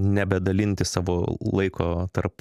nebedalinti savo laiko tarp